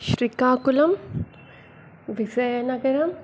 Srikakulam Vizianagaram